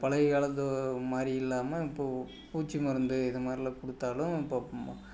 பழைய காலத்து மாதிரி இல்லாமல் இப்போது பூச்சி மருந்து இது மாதிரிலாம் கொடுத்தாலும் இப்போது ம